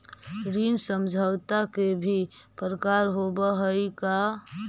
ऋण समझौता के भी प्रकार होवऽ हइ का?